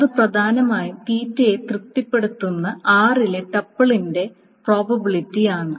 അത് പ്രധാനമായും യേ തൃപ്തിപ്പെടുത്തുന്ന r ലെ ടപ്പിളിന്റെ പ്രോബബിലിറ്റി ആണ്